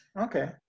okay